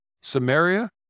Samaria